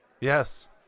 Yes